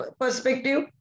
perspective